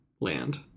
land